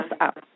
up